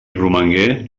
romangué